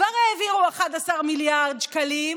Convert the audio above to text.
כבר העבירו 11 מיליארד שקלים,